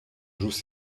jouent